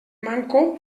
manco